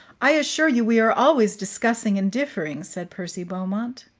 i assure you we are always discussing and differing, said percy beaumont.